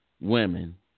women